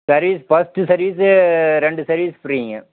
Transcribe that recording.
service first service ரெண்டு service ஃப்ரீங்க